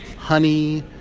honey,